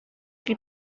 qui